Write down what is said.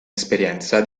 esperienza